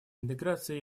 интеграция